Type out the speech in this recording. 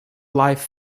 life